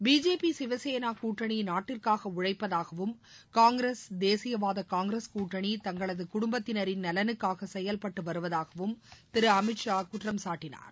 BJP Shiv Sena கூட்டணி நாட்டிற்காக உழைப்பதாகவும் காங்கிரஸ் தேசியவாத காங்கிரஸ் கூட்டணி தங்களது குடும்பத்தினரின் நலனுக்காக செயல்பட்டு வருவதாகவும் திரு அமித்ஷா குற்றம் சாட்டினார்